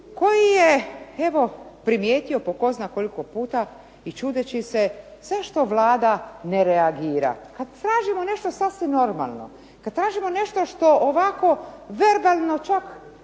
koji je evo primijetio po tko zna koliko puta i čudeći se zašto Vlada ne reagira kad tražimo nešto sasvim normalno, kad tražimo nešto što ovako verbalno, čak